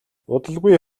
удалгүй